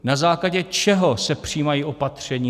Na základě čeho se přijímají opatření?